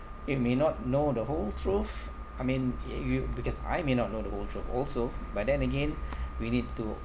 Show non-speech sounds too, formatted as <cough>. you may not know the whole truth I mean y~ you because I may not know the whole truth also but then again <breath> we need to